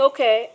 Okay